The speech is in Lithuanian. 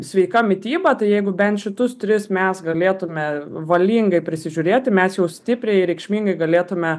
sveika mityba tai jeigu bent šitus tris mes galėtume valingai prisižiūrėti mes jau stipriai reikšmingai galėtume